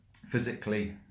Physically